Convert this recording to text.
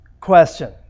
Question